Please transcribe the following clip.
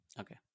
Okay